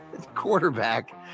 quarterback